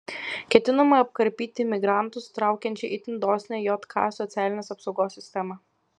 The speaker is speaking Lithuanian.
ketinama apkarpyti imigrantus traukiančią itin dosnią jk socialinės apsaugos sistemą